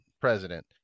president